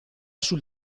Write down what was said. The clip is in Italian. sul